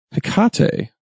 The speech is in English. Hikate